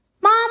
Mom